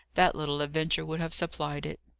that little adventure would have supplied it.